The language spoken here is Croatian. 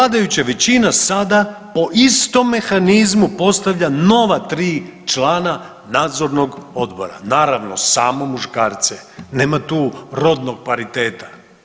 Vladajuća većina sada po istom mehanizmu postavlja nova tri člana nadzornog odbora, naravno samo muškarce, nema tu rodnog pariteta.